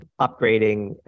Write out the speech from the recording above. upgrading